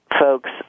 folks